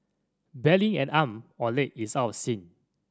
barely an arm or leg is out of sync